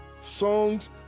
Songs